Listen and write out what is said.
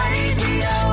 Radio